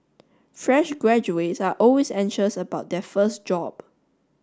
fresh graduates are always anxious about their first job